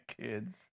kids